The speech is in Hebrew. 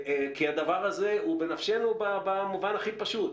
כי הדבר הזה הוא בנפשנו במובן הכי פשוט.